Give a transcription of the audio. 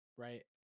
right